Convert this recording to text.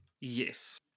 Yes